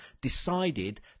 decided